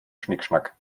schnickschnack